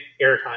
airtime